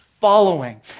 following